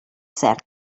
cert